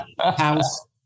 house